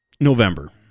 November